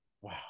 wow